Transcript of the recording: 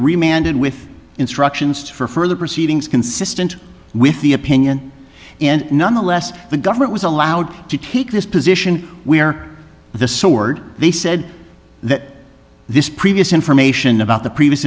remanded with instructions for further proceedings consistent with the opinion and nonetheless the government was allowed to take this position we are the sword they said that this previous information about the previous